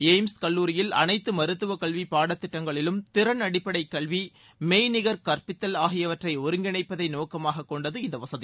AIIMS கல்லூரியில் அனைத்து மருத்துவ கல்வி பாட திட்டங்களிலும் திறன் அடிப்படை கல்வி மெய் நிகர் கற்பித்தல் ஆகியவற்றை ஒருங்கிணைப்பதை நோக்கமாகக் கொண்டது இந்த வசதி